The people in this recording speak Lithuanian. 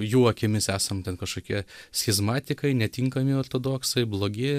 jų akimis esam ten kažkokie schizmatikai netinkami ortodoksai blogi